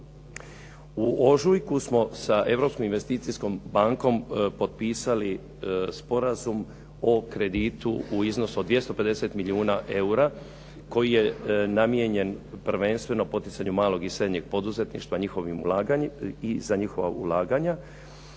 U ožujku smo sa Europskom investicijskom bankom potpisali Sporazum o kreditu u iznosu od 250 milijuna eura koji je namijenjen prvenstveno poticaju malog i srednjeg poduzetništva i za njihova ulaganja,